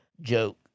joke